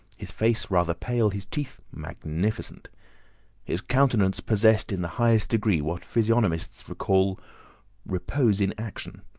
his face rather pale, his teeth magnificent his countenance possessed in the highest degree what physiognomists call repose in action,